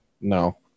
No